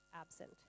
absent